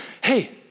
hey